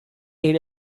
eight